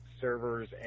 servers